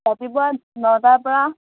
ৰাতিপুৱা নটাৰ পৰা